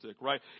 right